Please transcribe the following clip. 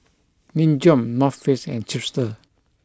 Nin Jiom North Face and Chipster